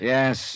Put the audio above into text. Yes